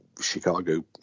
Chicago